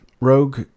Rogue